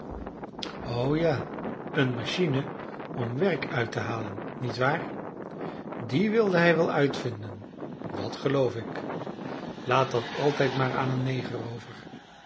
o ja eene machine om werk uit te halen niet waar die wilde hij wel uitvinden dat geloof ik laat dat altijd maar aan een neger over